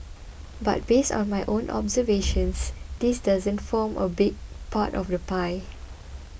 but based on my own observations this doesn't form a big part of the pie